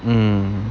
mm